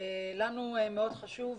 לנו מאוד חשוב,